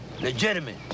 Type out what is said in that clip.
legitimate